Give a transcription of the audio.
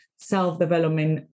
self-development